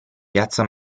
piazza